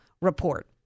report